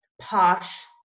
posh